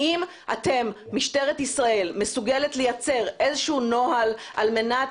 האם משטרת ישראל מסוגלת לייצר איזשהו נוהל על מנת